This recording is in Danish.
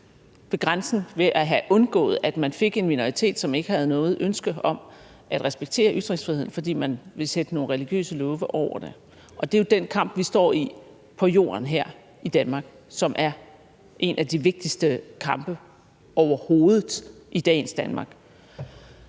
grænsen ved at have undgået, at man fik en minoritet, som ikke havde noget ønske om at respektere ytringsfriheden, fordi man vil sætte nogle religiøse love over det. Det er jo den kamp, vi står i på jorden her i Danmark, som er en af de vigtigste kampe overhovedet i dagens Danmark.